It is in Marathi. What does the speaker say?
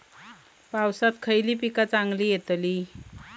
पावसात खयली पीका चांगली येतली?